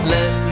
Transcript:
Let